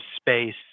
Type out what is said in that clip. space